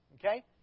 Okay